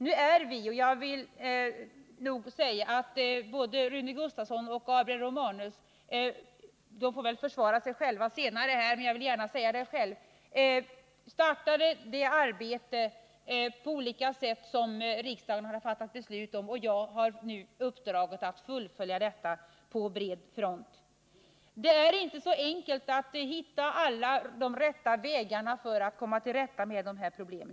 — missbruk av alko Både Rune Gustavsson och Gabriel Romanus — de får väl försvara sig själva — hol senare, men jag vill gärna säga detta — startade på olika sätt det arbete som riksdagen har fattat beslut om och som jag nu har uppdraget att fullfölja på bred front. Det är inte så enkelt att hitta alla de riktiga vägarna för att komma till rätta med dessa problem.